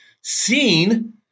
seen